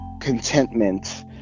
contentment